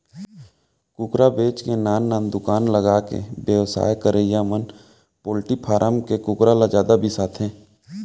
कुकरा बेचे के नान नान दुकान लगाके बेवसाय करवइया मन पोल्टी फारम के कुकरा ल जादा बिसाथें